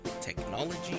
technology